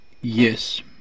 Yes